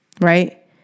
right